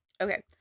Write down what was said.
Okay